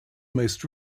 most